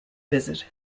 visit